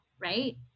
right